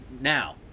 Now